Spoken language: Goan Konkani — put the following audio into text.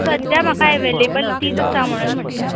सद्द्यां म्हाका एवेलेबल तीच आसा म्हणून म्हणटा